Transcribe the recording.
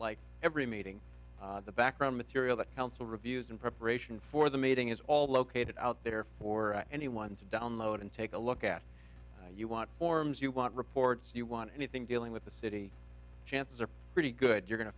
like every meeting the background material that council reviews and preparation for the meeting is all located out there for anyone to download and take a look at you want forms you want reports you want anything dealing with the city chances are pretty good you're go